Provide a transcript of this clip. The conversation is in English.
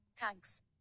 Thanks